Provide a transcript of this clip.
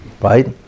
right